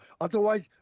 Otherwise